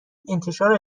انتشار